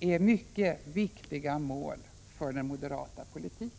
är mycket viktiga mål för den moderata politiken.